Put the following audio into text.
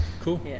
Cool